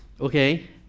okay